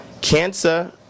cancer